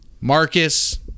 Marcus